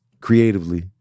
creatively